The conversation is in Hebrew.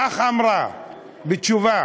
כך אמרה בתשובה: